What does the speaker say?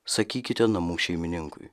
sakykite namų šeimininkui